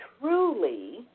truly